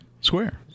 square